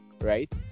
right